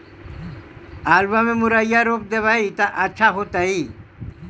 आलुआ में मुरई रोप देबई त अच्छा होतई?